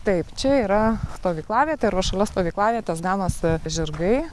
taip čia yra stovyklavietė ir va šalia stovyklavietės ganosi žirgai